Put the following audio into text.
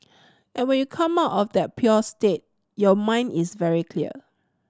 and when you come out of that pure state your mind is very clear